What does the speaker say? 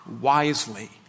wisely